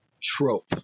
trope